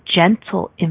gentle